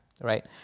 right